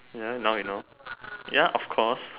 ya now you know ya of course